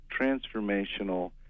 transformational